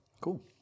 Cool